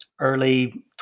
early